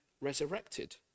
resurrected